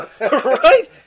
right